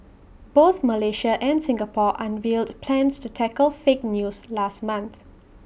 both Malaysia and Singapore unveiled plans to tackle fake news last month